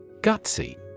Gutsy